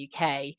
UK